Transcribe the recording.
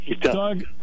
Doug